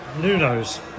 Nuno's